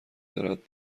دارد